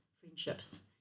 friendships